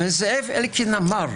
אמר: